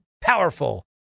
powerful